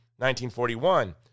1941